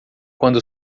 quando